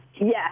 yes